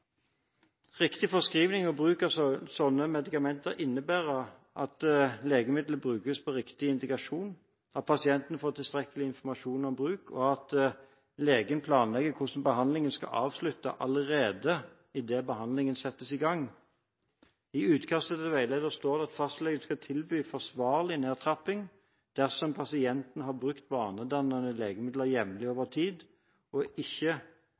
Riktig forskrivning og bruk av sånne medikamenter innebærer at legemidler brukes på riktig indikasjon, at pasienten får tilstrekkelig informasjon om bruk, og at legen planlegger hvordan behandlingen skal avsluttes allerede idet behandlingen settes i gang. I utkastet til veileder står det at fastlegen skal tilby forsvarlig nedtrapping dersom pasienten har brukt vanedannende legemidler jevnlig over tid, og det ikke